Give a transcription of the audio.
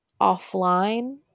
offline